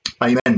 Amen